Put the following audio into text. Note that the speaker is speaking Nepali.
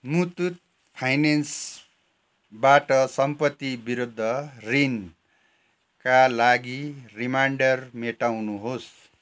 मुथूत फाइनेन्सबाट सम्पत्ति विरुद्ध ऋणका लागि रिमाइन्डर मेटाउनुहोस्